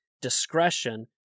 discretion